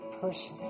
person